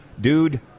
Dude